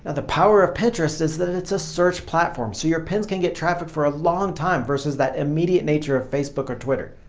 the power of pinterest is that and it's a search platform so your pins can get traffic for a long time versus that immediate nature of facebook or twitter.